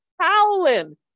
howling